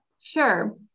Sure